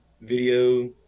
video